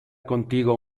contigo